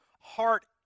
heart